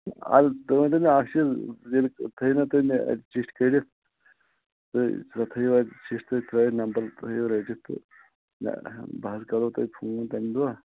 اَز دۅہَس تُہۍ ؤنۍتَو مےٚ اَکھ چیٖز ییٚلہِ تُہۍ ما تھٔوِو مےٚ اتہِ چِٹھۍ کٔڈِتھ تہٕ سۄ تھٲوِو اَدٕ چِٹھۍ تُہۍ ترٛٲوِتھ نَمبَر تھٲوِو رٔٹِتھ تہٕ مےٚ بہٕ حَظ کَرٕہوو تۅہہِ فون تَمہٕ دۄہ